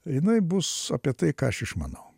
jinai bus apie tai ką aš išmanau